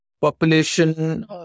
population